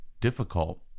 difficult